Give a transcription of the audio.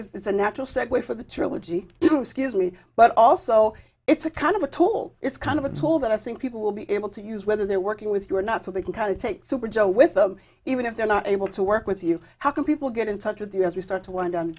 and it's a natural segue for the trilogy excuse me but also it's a kind of a tool it's kind of a tool that i think people will be able to use whether they're working with you or not so they can kind of take super joe with them even if they're not able to work with you how can people get in touch with you as you start to run down